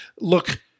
look